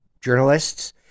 journalists